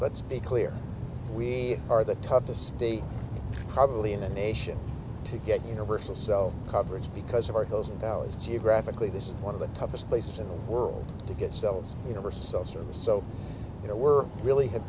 but speak clearly we are the toughest day probably in the nation to get universal so coverage because of arcos of dollars geographically this is one of the toughest places in the world to get cells universal service so you know we're really ha